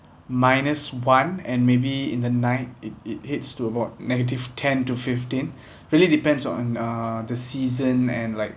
minus one and maybe in the night it it heads to about negative ten to fifteen really depends on uh the season and like